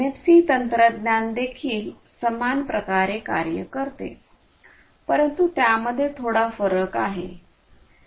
NFC तंत्रज्ञान देखील समान प्रकारे कार्य करते परंतु त्यामध्ये थोडा फरक आहे